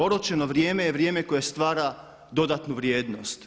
Oročeno vrijeme je vrijeme koje stvara dodatnu vrijednost.